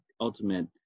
ultimate